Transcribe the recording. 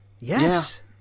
Yes